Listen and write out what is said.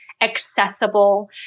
accessible